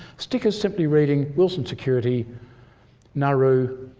stickers simply reading wilson security nauru,